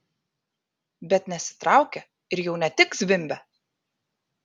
bet nesitraukia ir jau ne tik zvimbia